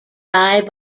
die